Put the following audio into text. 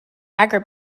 agri